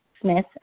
Smith